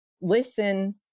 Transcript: listen